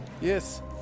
Yes